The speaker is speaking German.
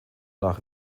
nach